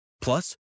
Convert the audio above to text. Plus